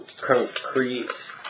concrete